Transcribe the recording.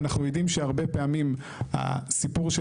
אנחנו יודעים שהרבה פעמים הסיפור של